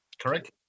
correct